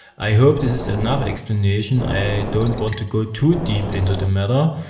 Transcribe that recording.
i hope this is enough explanation. i don't want to go too deep into the matter.